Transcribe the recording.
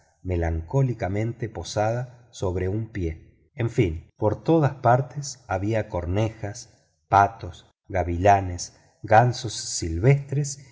melancólicamente posada sobre un poie en fin por todas partes había cornejas patos gavilanes gansos silvestres